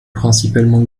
principalement